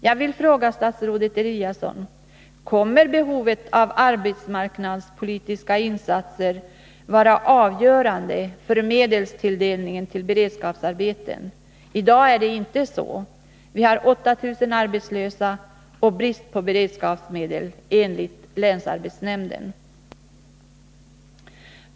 Jag vill fråga statsrådet Eliasson: Kommer behovet av arbetsmarknadspolitiska insatser att vara avgörande för medelstilldelningen till beredskapsarbeten? I dag är det inte så. Vi har 8 000 arbetslösa och brist på beredskapsmedel, enligt länsarbetsnämnden.